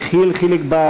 יחיאל חיליק בר,